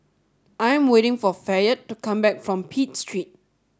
I am waiting for Fayette to come back from Pitt Street